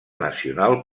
nacional